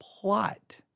plot